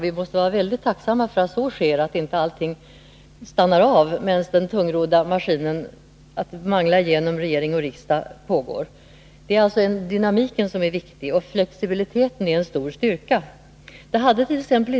Vi skall vara tacksamma för att så sker och att inte allting stannar av medan den tungrodda manglingen genom regering och riksdag pågår. Dynamiken är alltså viktig, och flexibiliteten är en stor styrka. Det hadet.ex.